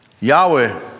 Yahweh